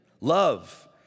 Love